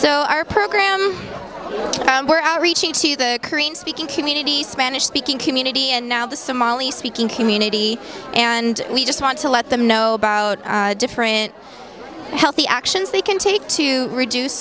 so our program we're reaching see the speaking community spanish speaking community and now the somali speaking community and we just want to let them know about different healthy actions they can take to reduce